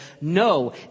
no